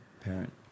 parent